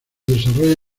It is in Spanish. desarrolla